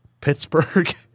Pittsburgh